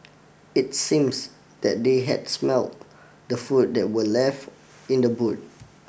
it seems that they had smelt the food that were left in the boot